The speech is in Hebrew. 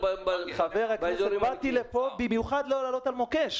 באזורים --- באתי לפה במיוחד לא לעלות על מוקש.